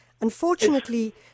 Unfortunately